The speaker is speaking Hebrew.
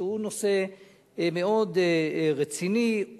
שהוא נושא מאוד רציני,